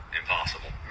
impossible